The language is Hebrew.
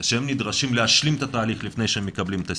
שהם נדרשים להשלים את התהליך לפני שהם מקבלים את הסיוע,